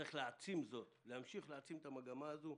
צריך להעצים זאת, להמשיך להעצים את המגמה הזו.